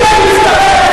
לא מתביישת.